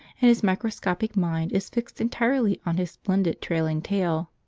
and his microscopic mind is fixed entirely on his splendid trailing tail.